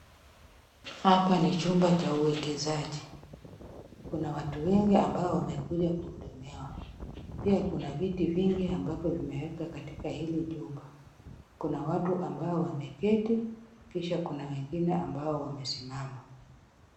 Hapa ni chumba cha uekezaji. Kuna watu wengi ambao wamekuja kuhudumiwa. Pia kuna viti vingi ambavyo vimewekwa katika hili jumba. Kuna watu ambao wameketi, kisha kuna wengine ambao wamesimama.